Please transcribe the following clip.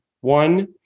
one